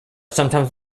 sometimes